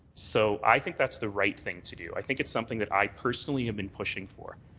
so i think that's the right thing to do. i think it's something that i personally have been pushing for.